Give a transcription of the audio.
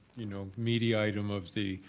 you know, media item of the